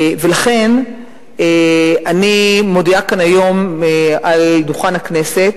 ולכן אני מודיעה היום כאן, על דוכן הכנסת,